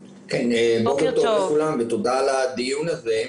בוקר טוב לכולם ותודה על הדיון הזה.